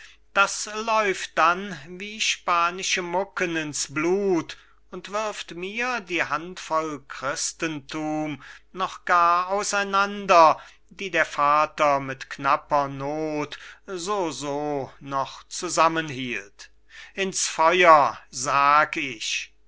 das läuft dann wie spanische mucken ins blut und wirft mir die handvoll christenthum noch gar auseinander die der vater mit knapper noth soso noch zusammenhielt ins feuer sag ich